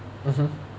mmhmm